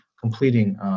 completing